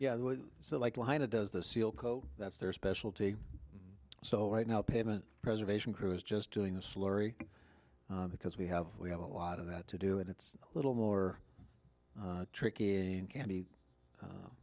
yeah so like line it does the seal coat that's their specialty so right now payment preservation crew is just doing a slurry because we have we have a lot of that to do and it's a little more tricky and candy